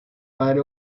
padre